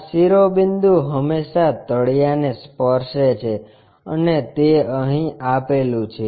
આ શિરોબિંદુ હંમેશાં તળીયા ને સ્પર્શે છે અને તે અહીં આપેલું છે